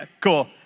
Cool